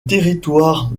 territoire